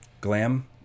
Glam